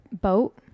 Boat